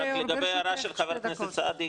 רק לגבי ההערה של חבר הכנסת סעדי,